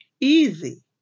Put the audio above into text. easy